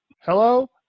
Hello